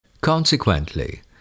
Consequently